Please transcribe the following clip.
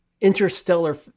interstellar